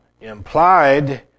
implied